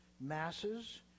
Masses